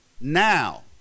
now